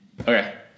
Okay